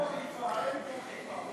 אין כמו חיפה, אין כמו חיפה.